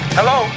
Hello